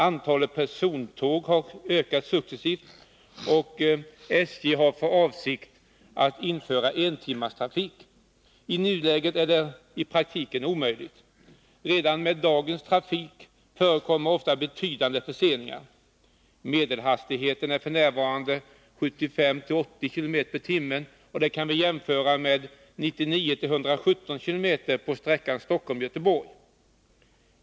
Antalet personförande tåg har ökat successivt och SJ har för avsikt att införa entimmestrafik. I nuläget är det i praktiken omöjligt. Redan med dagens trafik förekommer ofta betydande förseningar. Medelhastigheten är f. n. 75-80 km tim på sträckan Stockholm-Göteborg.